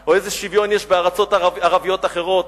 או איזה שוויון יש בארצות ערביות אחרות,